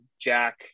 Jack